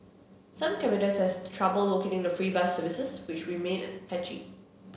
some commuters has trouble locating the free bus services which remained patchy